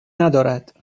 ندارد